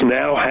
now